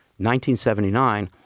1979